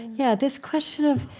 yeah, this question of